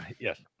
Yes